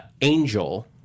angel